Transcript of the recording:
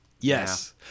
Yes